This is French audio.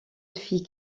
fit